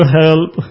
help